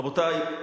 רבותי,